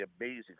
amazing